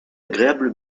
agréable